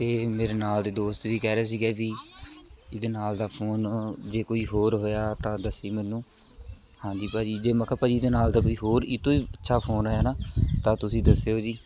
ਅਤੇ ਮੇਰੇ ਨਾਲ ਦੇ ਦੋਸਤ ਵੀ ਕਹਿ ਰਹੇ ਸੀਗੇ ਵੀ ਇਹਦੇ ਨਾਲ ਦਾ ਫੋਨ ਜੇ ਕੋਈ ਹੋਰ ਹੋਇਆ ਤਾਂ ਦੱਸੀ ਮੈਨੂੰ ਹਾਂਜੀ ਭਾਅ ਜੀ ਜੇ ਮਖਾਂ ਭਾਅ ਜੀ ਇਹਦੇ ਨਾਲ ਦਾ ਕੋਈ ਹੋਰ ਇਹ ਤੋਂ ਵੀ ਅੱਛਾ ਫੋਨ ਆਇਆ ਨਾ ਤਾਂ ਤੁਸੀਂ ਦੱਸਿਓ ਜੀ